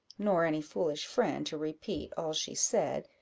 nor any foolish friend to repeat all she said,